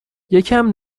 یکم